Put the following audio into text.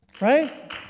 right